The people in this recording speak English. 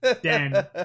Dan